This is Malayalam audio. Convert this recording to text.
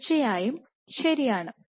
തീർച്ചയായും ഉണ്ട്